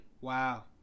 Wow